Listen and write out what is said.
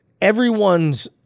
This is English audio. everyone's